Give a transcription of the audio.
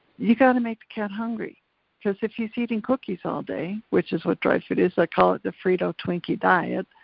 you gotta make the cat hungry cause if he's eating cookies all day, which is what dry food is, i call it the frito twinkie diet.